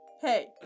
Hey